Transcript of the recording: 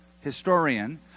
historian